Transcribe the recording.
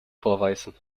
vorweisen